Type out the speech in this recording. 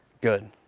good